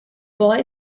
boy